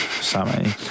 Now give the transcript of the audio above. Sammy